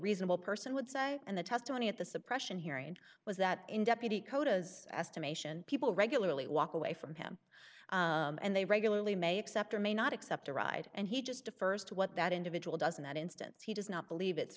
reasonable person would say and the testimony at the suppression hearing was that in deputy codas estimation people regularly walk away from him and they regularly may accept or may not accept a ride and he just defers to what that individual doesn't that instance he does not believe it's